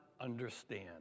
understand